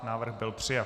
Návrh byl přijat.